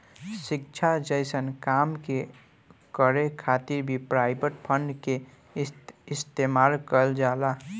शिक्षा जइसन काम के करे खातिर भी प्राइवेट फंड के इस्तेमाल कईल जाला